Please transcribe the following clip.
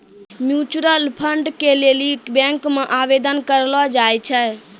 mutual fund के लेली bank मे आवेदन करलो जाय छै